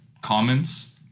comments